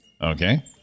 Okay